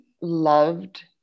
loved